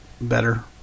better